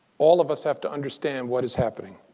all of us have to understand what is happening.